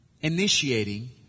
initiating